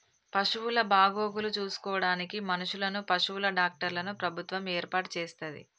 పశువుల బాగోగులు చూసుకోడానికి మనుషులను, పశువుల డాక్టర్లను ప్రభుత్వం ఏర్పాటు చేస్తది